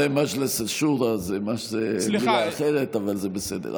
זה מג'לס א-שורא, זו מילה אחרת, אבל זה בסדר.